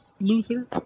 luther